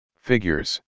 Figures